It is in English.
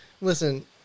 Listen